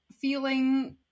feeling